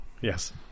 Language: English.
Yes